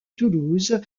toulouse